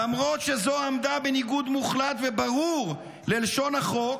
למרות שזו עמדה בניגוד מוחלט וברור ללשון החוק,